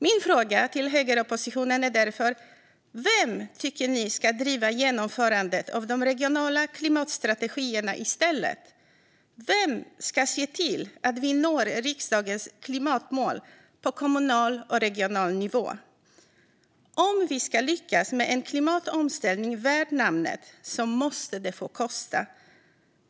Min fråga till högeroppositionen är därför: Vem tycker ni ska driva genomförandet av de regionala klimatstrategierna i stället? Vem ska se till att vi når riksdagens klimatmål på kommunal och regional nivå? Om vi ska lyckas med en klimatomställning värd namnet måste det få kosta.